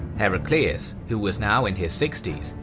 heraclius, who was now in his sixty s,